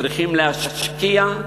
צריכים להשקיע,